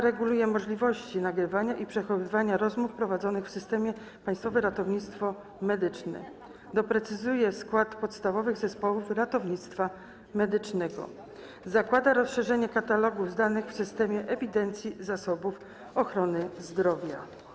Reguluje też możliwości nagrywania i przechowywania rozmów prowadzonych w systemie Państwowego Ratownictwa Medycznego, doprecyzowuje skład podstawowych zespołów ratownictwa medycznego, a także zakłada rozszerzenie katalogu danych w systemie ewidencji zasobów ochrony zdrowia.